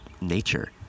nature